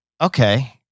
okay